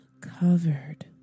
covered